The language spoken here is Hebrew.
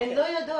הן לא יודעות.